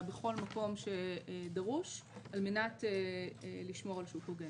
בכל מקום שדרוש על מנת לשמור על שוק הוגן.